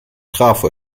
trafo